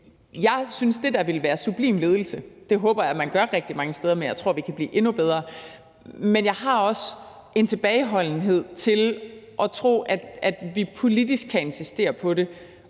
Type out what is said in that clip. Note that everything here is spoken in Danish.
Jeg synes, at det der ville være sublim ledelse. Det håber jeg man gør rigtig mange steder, men jeg tror, man kan blive endnu bedre til det. Men jeg har også en tilbageholdenhed med hensyn til at tro, at vi politisk kan insistere på det,